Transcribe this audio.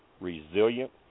resilient